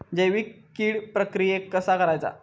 जैविक कीड प्रक्रियेक कसा करायचा?